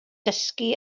dysgu